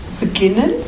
beginnen